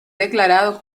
declarado